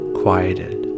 quieted